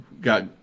got